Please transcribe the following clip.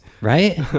Right